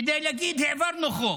כדי להגיד: העברנו חוק.